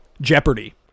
Jeopardy